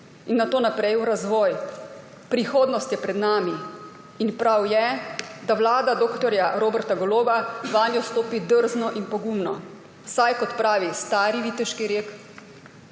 in nato naprej v razvoj. Prihodnost je pred nami in prav je, da vlada dr. Roberta Goloba vanjo stopi drzno in pogumno. Kot pravi stari viteški rek,